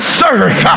serve